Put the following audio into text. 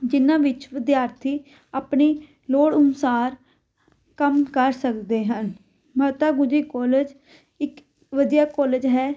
ਜਿਨ੍ਹਾਂ ਵਿੱਚ ਵਿਦਿਆਰਥੀ ਆਪਣੀ ਲੋੜ ਅਨੁਸਾਰ ਕੰਮ ਕਰ ਸਕਦੇ ਹਨ ਮਾਤਾ ਗੁਜਰੀ ਕੋਲਜ ਇੱਕ ਵਧੀਆ ਕੋਲਜ ਹੈ